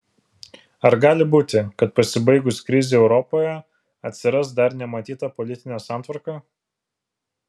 ar gali būti kad pasibaigus krizei europoje atsiras dar nematyta politinė santvarka